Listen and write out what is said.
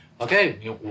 okay